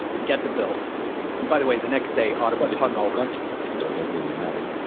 get the bill by the way, the next day ah but it wasn't hung over. um so it doesn't even matter.